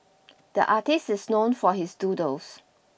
the artist is known for his doodles